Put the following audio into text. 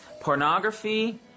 Pornography